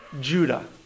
Judah